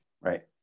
Right